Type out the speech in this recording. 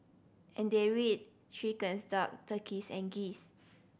and they are reared chickens duck turkeys and geese